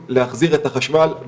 עכשיו שקיבלתם את הניהול של חברת החשמל?